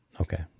Okay